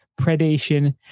predation